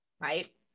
right